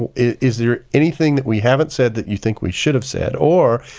ah is there anything that we haven't said that you think we should have said or,